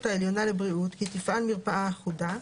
העליונה לבריאות כי תפעל מרפאה אחודה,